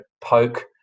poke